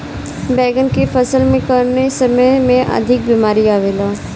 बैगन के फसल में कवने समय में अधिक बीमारी आवेला?